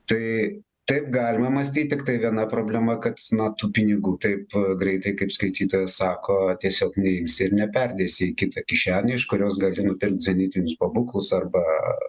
tai taip galima mąstyt tiktai viena problema kad na tų pinigų taip greitai kaip skaitytojas sako tiesiog neimsi ir neperdėsi į kitą kišenę iš kurios galima ir nupirkt zenitinius pabūklus arba